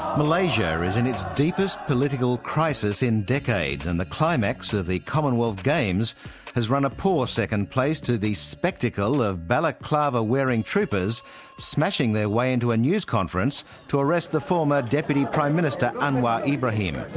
malaysia is in its deepest political crisis in decades and the climax of the commonwealth games has run a poor second place to the spectacle of balaclava-wearing troopers smashing their way into a news conference to arrest the former deputy prime minister, anwar ibrahim.